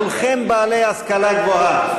כולכם בעלי השכלה גבוהה,